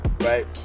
right